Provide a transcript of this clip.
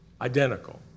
Identical